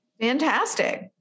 Fantastic